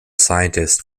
scientist